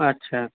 আচ্ছা